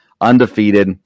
undefeated